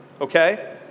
okay